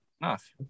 Enough